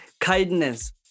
kindness